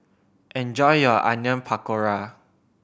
enjoy your Onion Pakora